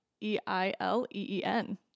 E-I-L-E-E-N